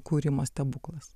kūrimo stebuklas